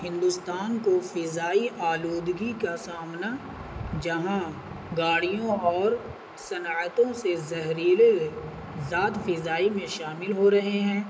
ہندوستان کو فضائی آلودگی کا سامنا جہاں گاڑیوں اور صنیتوں سے زہریر ذات فضائی میں شامل ہو رہے ہیں